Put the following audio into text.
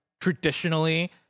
traditionally